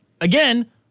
again